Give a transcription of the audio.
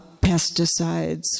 pesticides